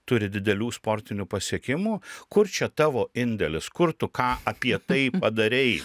turi didelių sportinių pasiekimų kur čia tavo indėlis kur tu ką apie tai padarei